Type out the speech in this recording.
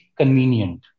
convenient